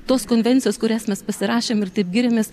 tos konvencijos kurias mes pasirašėm ir taip giriamės